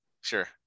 Sure